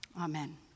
Amen